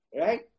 Right